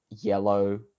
yellow